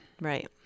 right